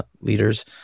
leaders